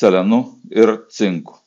selenu ir cinku